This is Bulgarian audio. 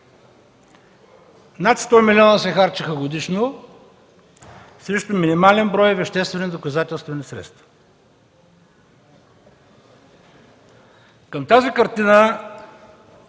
Над 100 милиона се харчеха годишно срещу минимален брой веществени доказателствени средства. Към тази картина